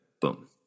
boom